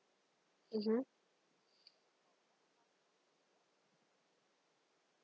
mmhmm